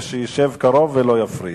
ושישב קרוב ולא יפריע.